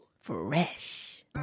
Fresh